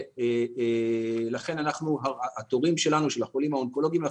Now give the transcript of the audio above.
לכן התורים שלנו של החולים האונקולוגיים,